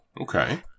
okay